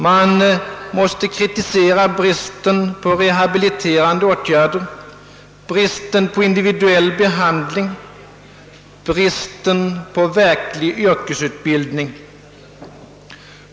Man kan kritisera bristen på rehabiliterande åtgärder, bristen på individuell behandling, bristen på verklig yrkesutbildning.